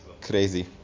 Crazy